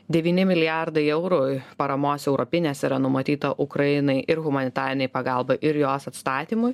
devyni milijardai eur paramos europinės yra numatyta ukrainai ir humanitarinei pagalbai ir jos atstatymui